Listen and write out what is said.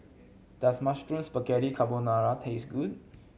does Mushroom Spaghetti Carbonara taste good